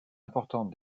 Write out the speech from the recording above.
importante